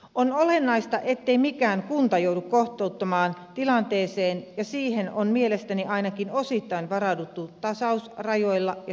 on olennaista ettei mikään kunta joudu kohtuuttomaan tilanteeseen ja siihen on mielestäni ainakin osittain varauduttu tasausrajoilla ja siirtymäkaudella